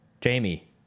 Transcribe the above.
Jamie